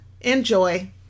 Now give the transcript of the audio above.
Enjoy